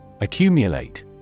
Accumulate